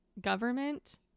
government